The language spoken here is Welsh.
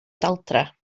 daldra